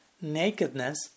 nakedness